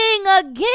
again